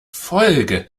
folge